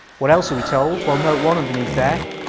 what else are we told? well note one underneath there